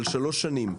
שלוש שנים,